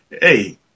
Hey